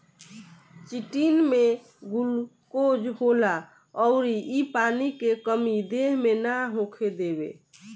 chitin में glucose होला अउर इ पानी के कमी देह मे ना होखे देवे